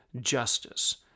justice